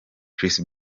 chris